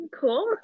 Cool